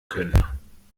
können